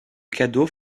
cadeau